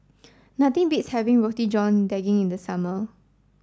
nothing beats having Roti John Daging in the summer